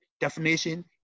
definition